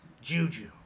Juju